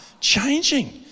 changing